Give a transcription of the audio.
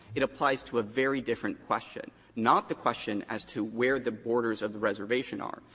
it applies to a very different question, not the question as to where the borders of the reservation are.